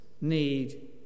need